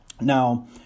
Now